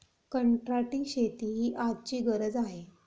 कंत्राटी शेती ही आजची गरज आहे